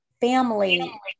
family